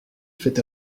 fait